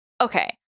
Okay